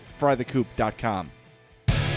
frythecoop.com